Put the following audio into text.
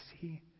see